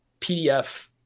PDF